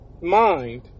mind